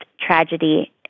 tragedy